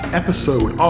episode